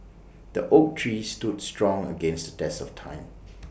the oak tree stood strong against test of time